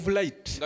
light